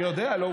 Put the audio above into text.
נכון, אני יודע.